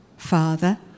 Father